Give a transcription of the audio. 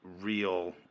real